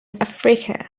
africa